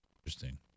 Interesting